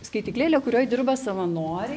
skaityklėlė kurioj dirba savanoriai